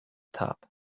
top